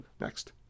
Next